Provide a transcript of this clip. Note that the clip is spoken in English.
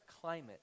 climate